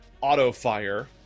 auto-fire